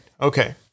Okay